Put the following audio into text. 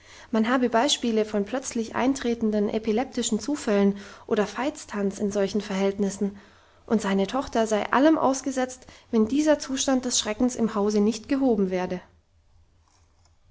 man habe beispiele von plötzlich eintretenden epileptischen zufällen oder veitstanz in solchen verhältnissen und seine tochter sei allem ausgesetzt wenn dieser zustand des schreckens im hause nicht gehoben werde